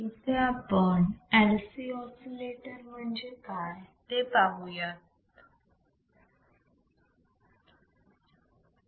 इथे आपण LC असे लेटर म्हणजे काय ते पाहूयात